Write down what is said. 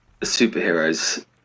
superheroes